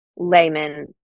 Layman